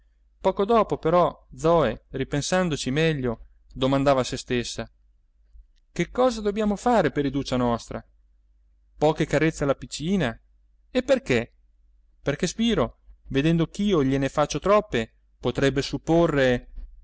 poco dopo però zoe ripensandoci meglio domandava a se stessa che cosa dobbiamo fare per iduccia nostra poche carezze alla piccina e perché perché spiro vedendo ch'io gliene faccio troppe potrebbe supporre